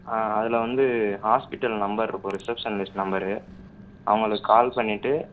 ஆ அதில் வந்து hospital number இருக்கும் ரிஷப்ஷனிஸ்ட் நம்பரு அவங்களுக்கு கால் பண்ணிவிட்டு